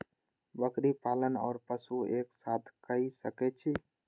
बकरी पालन ओर पशु एक साथ कई सके छी?